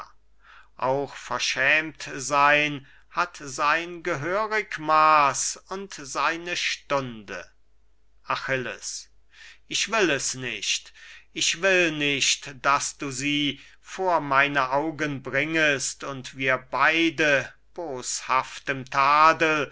auch verschämt sein hat sein gehörig maß und seine stunde achilles ich will es nicht ich will nicht daß du sie vor meine augen bringest und wir beide boshaftem tadel